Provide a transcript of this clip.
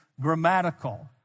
grammatical